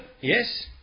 yes